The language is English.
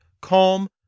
calm